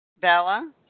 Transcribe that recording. Bella